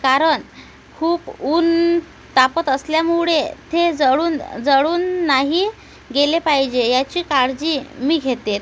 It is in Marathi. कारण खूप ऊन तापत असल्यामुळे ते जळूनजळून नाही गेले पाहिजे याची काळजी मी घेते